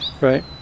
Right